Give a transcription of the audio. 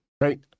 right